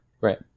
Right